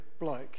bloke